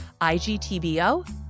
IGTBO